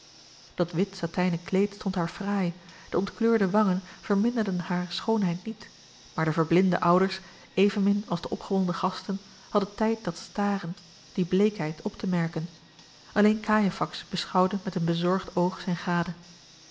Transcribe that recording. dat wit satijnen kleed stond haar fraai de ontkleurde wangen verminderden hare schoonheid niet maar de verblinde ouders evenmin als de opgewonden gasten hadden tijd dat staren die bleekheid op te merken alleen cajefax beschouwde met een bezorgd oog zijne gade